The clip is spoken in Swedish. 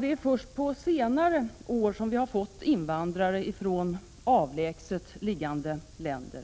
Det är först på senare år vi i Sverige fått invandrare från avlägset liggande länder.